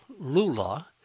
Lula